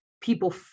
people